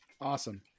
Awesome